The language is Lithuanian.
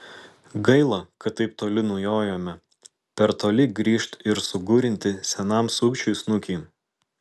gaila kad taip toli nujojome per toli grįžt ir sugurinti senam sukčiui snukį